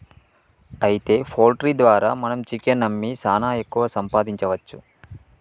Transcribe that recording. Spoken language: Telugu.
అయితే పౌల్ట్రీ ద్వారా మనం చికెన్ అమ్మి సాన ఎక్కువ సంపాదించవచ్చు